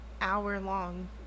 hour-long